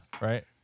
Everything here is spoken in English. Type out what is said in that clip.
right